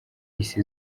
isi